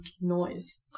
noise